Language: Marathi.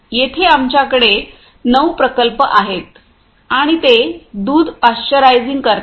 येथे आमच्याकडे नऊ प्रकल्प आहेत आणि ते दूध पाश्चरायझिंग करतात